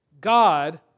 God